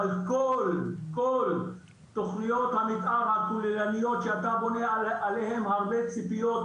אבל כל תכניות המתאר הכוללניות שאתה בונה עליהן הרבה ציפיות,